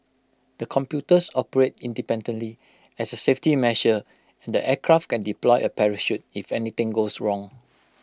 the computers operate independently as A safety measure and the aircraft can deploy A parachute if anything goes wrong